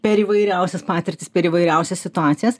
per įvairiausias patirtis per įvairiausias situacijas